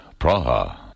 Praha